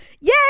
yay